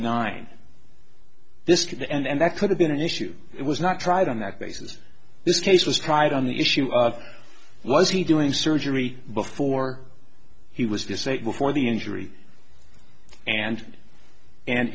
nine this to the end that could have been an issue it was not tried on that basis this case was tried on the issue of was he doing surgery before he was disabled for the injury and and